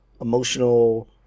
emotional